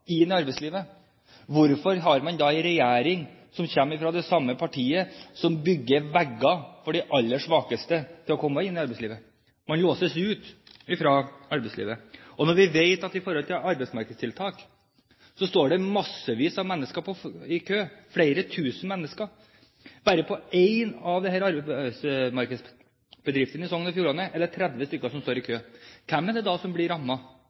arbeidslivet, hvorfor har man da en regjering, som kommer fra det samme partiet, som bygger vegger som hindrer de aller svakeste å komme inn i arbeidslivet? Man låses ute fra arbeidslivet. Vi vet at det står massevis, flere tusen mennesker i kø for arbeidsmarkedstiltak – bare ved én av disse arbeidsmarkedsbedriftene i Sogn og Fjordane står det 30 stykker i kø. Og hvem er det som blir